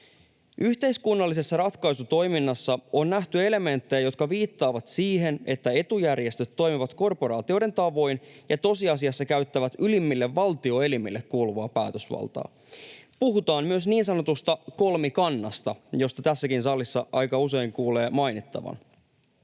Yhteiskunnallisessa ratkaisutoiminnassa on nähty elementtejä, jotka viittaavat siihen, että etujärjestöt toimivat korporaatioiden tavoin ja tosiasiassa käyttävät ylimmille valtioelimille kuuluvaa päätösvaltaa. Puhutaan myös niin sanotusta kolmikannasta”, josta tässäkin salissa aika usein kuulee mainittavan.